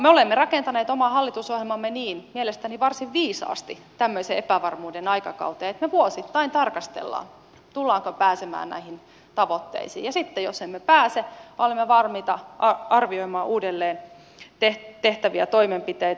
me olemme rakentaneet oman hallitusohjelmamme niin mielestäni varsin viisaasti tämmöisen epävarmuuden aikakauteen että me vuosittain tarkastelemme tullaanko pääsemään näihin tavoitteisiin ja sitten jos emme pääse me olemme valmiita arvioimaan uudelleen tehtäviä toimenpiteitä